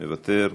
מוותר,